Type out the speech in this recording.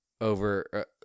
over